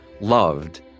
loved